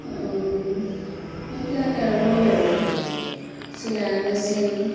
সেইবিলাকে আৰু চিলাই মেচিন